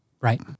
Right